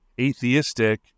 atheistic